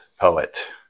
poet